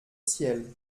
ciel